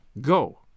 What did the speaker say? Go